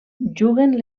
juguen